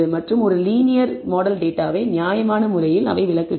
மற்றும் ஒரு linear model டேட்டாவை நியாயமான முறையில் விளக்குகிறது